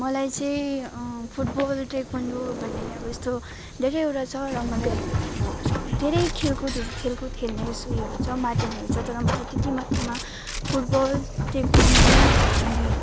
मलाई चाहिँ football taekwondo भन्ने अब यस्तो धेरैवटा छ र मलाई भो धेरै खेलकुदहरू खेलकुद खेल्ने यस उयोहरू छ माध्यमहरू छ तर मलाई त्यति मात्रमा फुटबल ताइक्वान्डो अनि